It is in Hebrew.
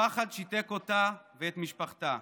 הפחד שיתק אותה ואת משפחתה.